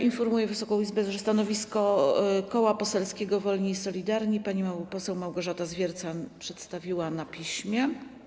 Informuję Wysoką Izbę, że stanowisko Koła Poselskiego Wolni i Solidarni pani poseł Małgorzata Zwiercan przedstawiła na piśmie.